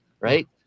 right